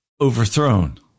overthrown